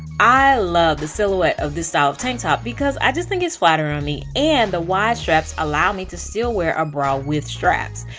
i love the silhouette of this style of tank top because i just think it's flattering on me and the wide straps allow me to still wear a bra with straps.